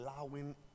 allowing